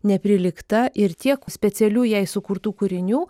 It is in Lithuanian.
neprilygta ir tiek specialių jai sukurtų kūrinių